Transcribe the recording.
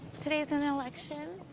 today's an election.